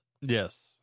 Yes